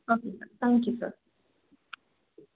okay sir thank you sir